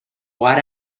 what